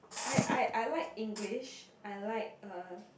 I I I like English I like uh